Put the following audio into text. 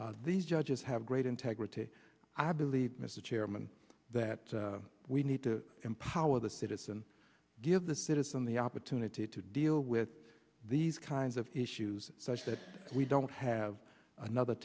lawsuit these judges have great integrity i believe mr chairman that we need to empower the citizen give the citizen the opportunity to deal with these kinds of issues such that we don't have another